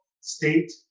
state